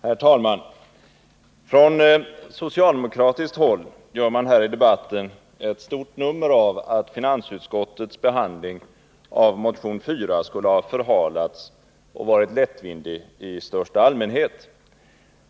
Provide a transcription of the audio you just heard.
Herr talman! Från socialdemokratiskt håll gör man här i debatten ett stort nummer av att finansutskottets behandling av motion 4 skulle ha förhalats och varit lättvindig i största allmänhet.